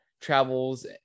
travels